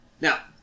Now